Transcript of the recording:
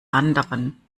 anderen